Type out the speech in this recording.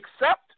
accept